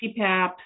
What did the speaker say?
CPAP